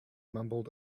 mumbled